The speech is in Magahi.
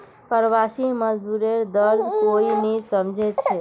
प्रवासी मजदूरेर दर्द कोई नी समझे छे